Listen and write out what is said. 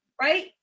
Right